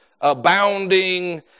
abounding